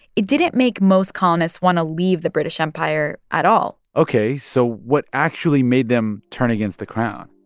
it didn't make most colonists want to leave the british empire at all ok, so what actually made them turn against the crown?